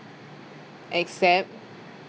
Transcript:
accept